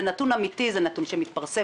זה נתון אמתי, זה נתון שמתפרסם.